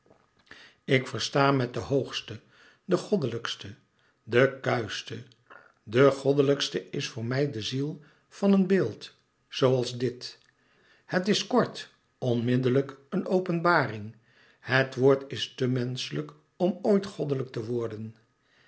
ik versta met de hoogste de goddelijkste de kuischte de louis couperus metamorfoze goddelijkste is voor mij de ziel van een beeld zooals dit het is kort onmiddellijk een openbaring het woord is te menschelijk om ooit goddelijk te worden